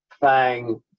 FANG